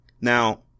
Now